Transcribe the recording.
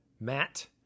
Matt